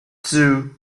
zoo